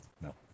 no